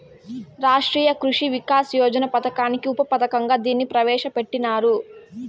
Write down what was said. రాష్ట్రీయ కృషి వికాస్ యోజన పథకానికి ఉప పథకంగా దీన్ని ప్రవేశ పెట్టినారు